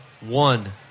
One